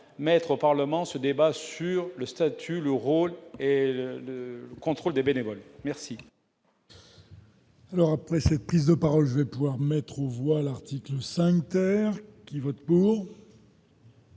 mettre au Parlement, ce débat sur le statut, le rôle et le contrôle des bénévoles merci.